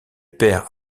pair